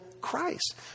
Christ